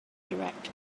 direct